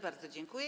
Bardzo dziękuję.